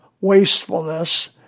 wastefulness